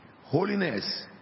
holiness